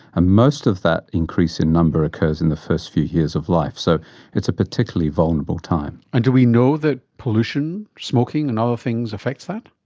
ah most of that increase in number occurs in the first few years of life. so it's a particularly vulnerable time. and do we know that pollution, smoking and other things affects that?